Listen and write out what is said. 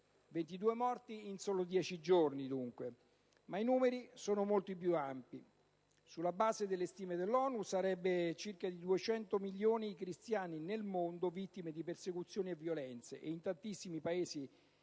22 morti in soli dieci giorni, dunque, ma i numeri sono molto più ampi. Sulla base delle stime dell'ONU sarebbero circa 200 milioni i cristiani nel mondo vittime di persecuzioni e violenze. In tantissimi Paesi